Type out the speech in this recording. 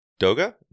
Doga